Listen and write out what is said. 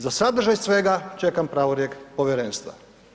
Za sadržaj svega čekam pravorijek povjerenstva.